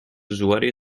usuària